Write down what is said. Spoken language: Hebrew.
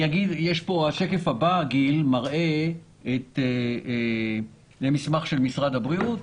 השקף הבא מראה זה מסמך של משרד הבריאות